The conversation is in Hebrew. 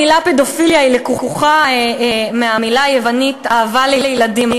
המילה "פדופיליה" לקוחה מהמילה היוונית "אהבה לילדים",